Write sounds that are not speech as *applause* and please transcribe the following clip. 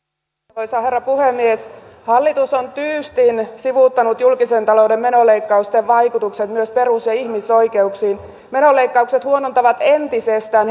arvoisa herra puhemies hallitus on tyystin sivuuttanut julkisen talouden menoleikkausten vaikutukset myös perus ja ihmisoikeuksiin menoleikkaukset huonontavat entisestään *unintelligible*